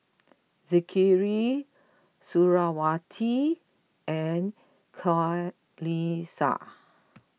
Zikri Suriawati and Qalisha